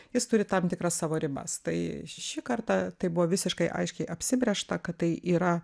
jis turi tam tikras savo ribas tai šį kartą tai buvo visiškai aiškiai apsibrėžta kad tai yra